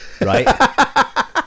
right